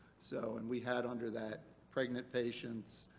so and we had under that pregnant patients,